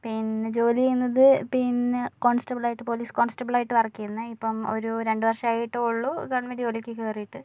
പിന്നെ ജോലി ചെയ്യുന്നത് പിന്നെ കോണ്സ്റ്റബിള് ആയിട്ട് പോലീസ് കോണ്സ്റ്റബിള് ആയിട്ട് വര്ക്ക് ചെയ്യുന്നു പിന്നെ ഇപ്പം ഒരു രണ്ടു വര്ഷായിട്ട് ഒള്ളൂ ഗവണ്മെന്റ് ജോലിക്ക് കേറിട്ട്